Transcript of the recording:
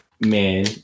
man